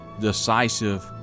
decisive